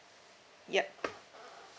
yup